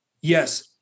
yes